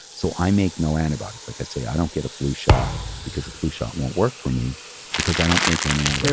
so i make no antibiotics. like i say, i don't get a flu shot because a flu shot won't work for me because i don't make any antibodies.